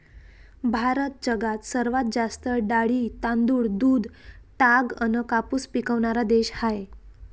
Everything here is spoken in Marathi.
भारत जगात सर्वात जास्त डाळी, तांदूळ, दूध, ताग अन कापूस पिकवनारा देश हाय